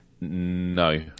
no